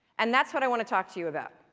and that's what i want to talk to you about.